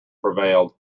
prevailed